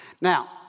Now